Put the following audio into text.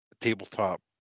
tabletop